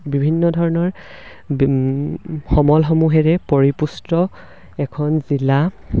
বিভিন্ন ধৰণৰ সমলসমূহেৰে পৰিপুষ্ট এখন জিলা